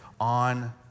on